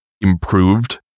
improved